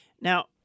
Now